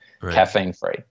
caffeine-free